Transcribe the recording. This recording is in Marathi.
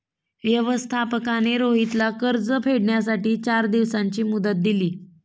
व्यवस्थापकाने रोहितला कर्ज फेडण्यासाठी चार दिवसांची मुदत दिली